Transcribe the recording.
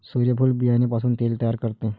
सूर्यफूल बियाणे पासून तेल तयार करणे